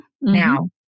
Now